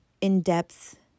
in-depth